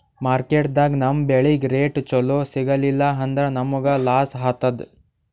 ಮಾರ್ಕೆಟ್ದಾಗ್ ನಮ್ ಬೆಳಿಗ್ ರೇಟ್ ಚೊಲೋ ಸಿಗಲಿಲ್ಲ ಅಂದ್ರ ನಮಗ ಲಾಸ್ ಆತದ್